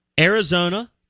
Arizona